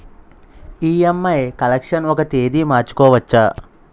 EMI collection ఒక తేదీ మార్చుకోవచ్చా?